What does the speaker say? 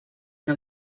que